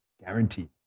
guaranteed